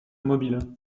mobile